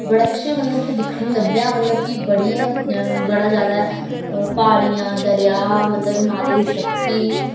बड़ा किश मतलब दिक्खने गी लब्भेआ मतलब कि बड़ी गै बड़ा ज्यादा प्हाड़ियां दरेआ मतलब कि माता दी शक्ति